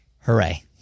Hooray